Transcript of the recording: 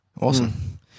Awesome